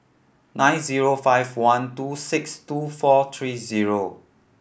nine zero five one two six two four three zero